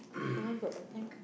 got part-time